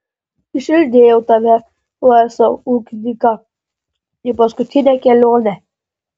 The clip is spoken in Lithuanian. išlydėjau tave laisvą ūkininką į paskutinę kelionę